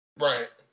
Right